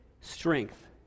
strength